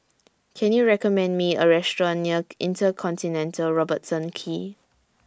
Can YOU recommend Me A Restaurant near InterContinental Robertson Quay